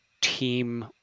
team